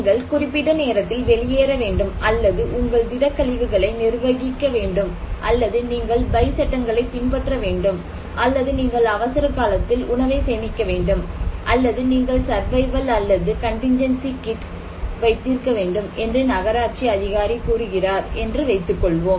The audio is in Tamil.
நீங்கள் குறிப்பிட்ட நேரத்தில் வெளியேற வேண்டும் அல்லது உங்கள் திடக்கழிவுகளை நிர்வகிக்க வேண்டும் அல்லது நீங்கள் பை சட்டங்களைப் பின்பற்ற வேண்டும் அல்லது நீங்கள் அவசரகாலத்தில் உணவை சேமிக்க வேண்டும் அல்லது நீங்கள் சர்வைவல் கிட் அல்லது contingency kit survival kit or contingency kit வைத்திருக்க வேண்டும் என்று நகராட்சி அதிகாரி கூறுகிறார் என்று வைத்துக் கொள்வோம்